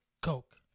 Coke